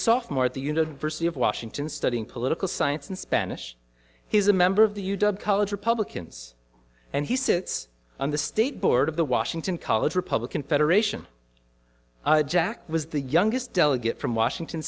software at the university of washington studying political science and spanish he's a member of the u doug college republicans and he sits on the state board of the washington college republican federation jack was the youngest delegate from washington